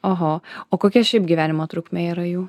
oho o kokia šiaip gyvenimo trukmė yra jų